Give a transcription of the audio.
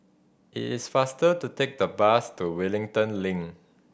is faster to take the bus to Wellington Link